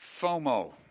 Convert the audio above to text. FOMO